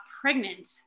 pregnant